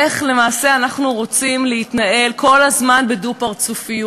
איך למעשה אנחנו רוצים להתנהל כל הזמן בדו-פרצופיות?